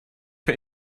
per